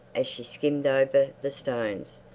as she skimmed over the stones.